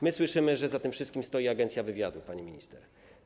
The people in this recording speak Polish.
My słyszymy, że za tym wszystkim stoi Agencja Wywiadu, pani minister.